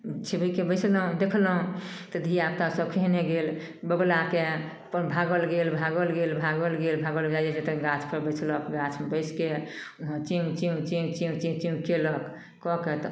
छिपकिके बैसलहुँ देखलहुँ तऽ धिआपुतासभ खेहने गेल बौगुलाके भागल गेल भागल गेल भागल गेल भागल गेल भागिकऽ तब गाछपर बैसलक गाछपर बैसिके चूँ चूँ चूँ चूँ चूँ चूँ कएलक कऽके तब